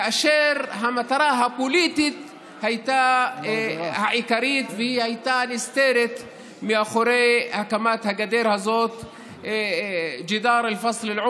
כאשר המטרה הפוליטית העיקרית מאחורי הקמת הגדר הזאת הייתה נסתרת.